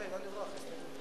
המוסד לבחינת המינויים